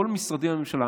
כל משרדי הממשלה.